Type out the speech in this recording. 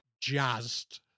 jazzed